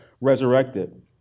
resurrected